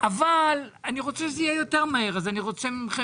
אבל אני רוצה שזה יהיה יותר מהר אז אני רוצה אתכם,